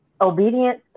obedience